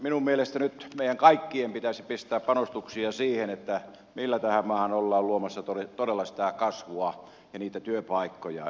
minun mielestä nyt meidän kaikkien pitäisi pistää panostuksia siihen millä tähän maahan ollaan luomassa todella sitä kasvua ja niitä työpaikkoja